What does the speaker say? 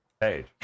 page